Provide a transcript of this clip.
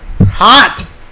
Hot